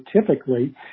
typically